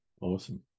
Awesome